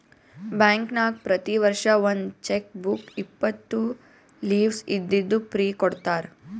ಬ್ಯಾಂಕ್ನಾಗ್ ಪ್ರತಿ ವರ್ಷ ಒಂದ್ ಚೆಕ್ ಬುಕ್ ಇಪ್ಪತ್ತು ಲೀವ್ಸ್ ಇದ್ದಿದ್ದು ಫ್ರೀ ಕೊಡ್ತಾರ